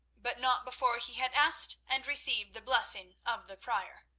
but not before he had asked and received the blessing of the prior.